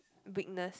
witness